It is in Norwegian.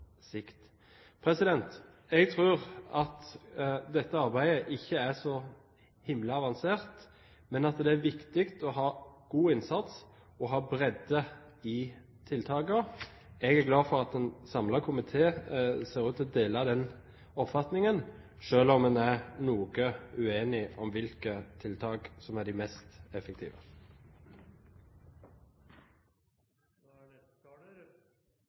sikt.» Jeg tror at dette arbeidet ikke er så himla avansert, men at det er viktig å ha god innsats og bredde i tiltakene. Jeg er glad for at en samlet komité ser ut til å dele den oppfatningen, selv om man er noe uenig om hvilke tiltak som er de mest